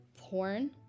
porn